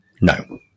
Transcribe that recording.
No